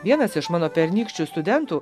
vienas iš mano pernykščių studentų